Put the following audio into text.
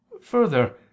Further